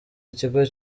ikigo